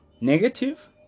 negative